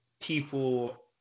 people